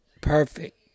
perfect